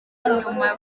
nyuma